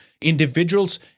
Individuals